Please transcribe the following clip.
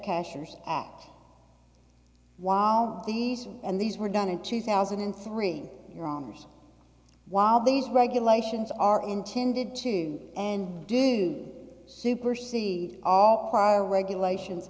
cashers act while these and these were done in two thousand and three your honour's while these regulations are intended to and do supersede all are regulations